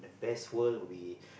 best world will be